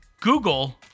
google